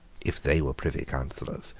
if they were privy councillors,